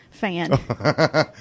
Fan